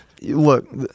Look